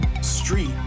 street